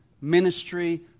ministry